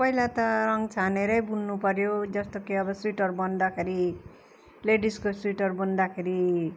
पहिला त रङ छानेरै बुन्नुपऱ्यो जस्तो कि अब स्वेटर बुन्दाखेरि लेडिसको स्वेटर बुन्दाखेरि